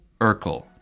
Urkel